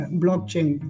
blockchain